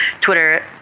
Twitter